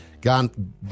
gone